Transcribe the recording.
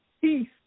Peace